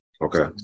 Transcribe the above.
Okay